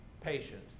patient